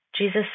Jesus